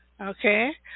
Okay